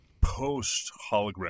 post-hologram